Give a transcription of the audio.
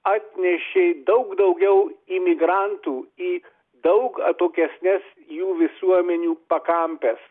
atnešė daug daugiau imigrantų į daug atokesnes jų visuomenių pakampes